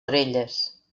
orelles